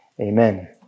Amen